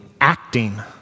acting